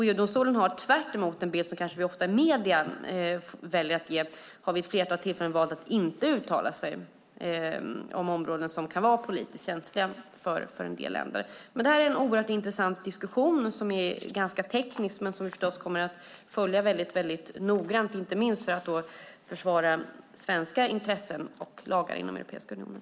EU-domstolen har, tvärtemot den bild vi ofta får i medierna, vid ett flertal tillfällen valt att inte uttala sig om områden som kan vara politiskt känsliga för en del länder. Det är en intressant om än ganska teknisk diskussion som vi förstås kommer att följa noggrant, inte minst för att försvara svenska intressen och lagar inom Europeiska unionen.